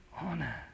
honor